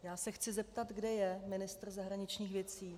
Já se chci zeptat, kde je ministr zahraničních věcí.